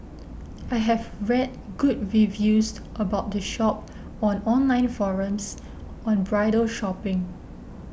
I have read good reviews about the shop on online forums on bridal shopping